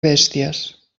bèsties